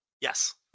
Yes